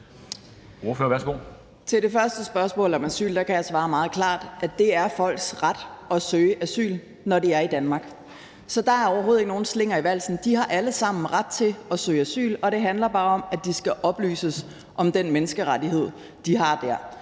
Til det første spørgsmål om asyl kan jeg svare meget klart, at det er folks ret at søge asyl, når de er i Danmark. Så der er overhovedet ikke nogen slinger i valsen. De har alle sammen ret til at søge asyl, og det handler bare om, at de skal oplyses om den menneskerettighed, de har der.